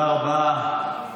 אני